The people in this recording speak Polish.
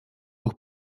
ruch